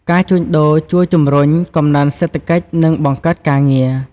ការជួញដូរជួយជំរុញ កំណើនសេដ្ឋកិច្ច និងបង្កើតការងារ។